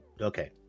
okay